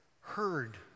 heard